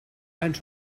ens